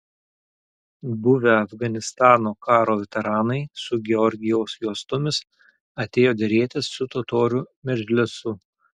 buvę afganistano karo veteranai su georgijaus juostomis atėjo derėtis su totorių medžlisu